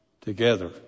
together